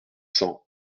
cents